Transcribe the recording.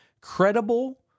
credible